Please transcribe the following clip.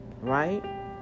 right